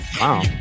Wow